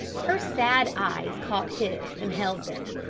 her sad eyes caught his and held them.